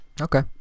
okay